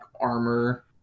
armor